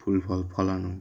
ফুল ফল ফলানো